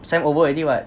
sem over already what